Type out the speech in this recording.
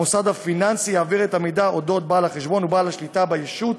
המוסד הפיננסי יעביר את המידע על בעל חשבון ובעל שליטה בישות